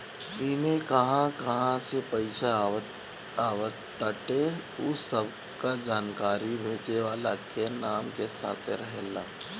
इमे कहां कहां से पईसा आवताटे उ सबकर जानकारी भेजे वाला के नाम के साथे रहेला